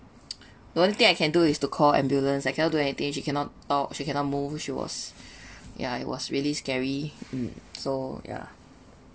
the only thing I can do is to call ambulance I cannot do anything she cannot talk she cannot move she was yeah it was really scary mm so yeah